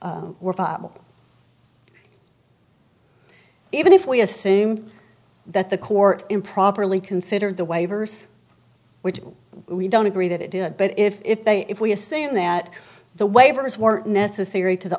possible even if we assume that the court improperly considered the waivers which we don't agree that it did but if they if we assume that the waivers were necessary to the